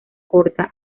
corta